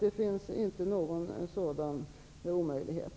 Det finns inte någon sådan omöjlighet.